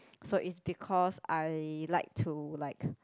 so it's because I like to like